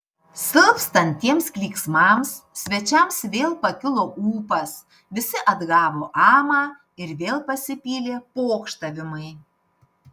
silpstant tiems klyksmams svečiams vėl pakilo ūpas visi atgavo amą ir vėl pasipylė pokštavimai